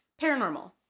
paranormal